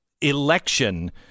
election